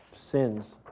sins